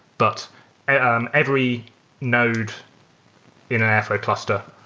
but and every node in an airflow cluster,